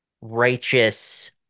righteous